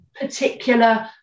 particular